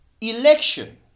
election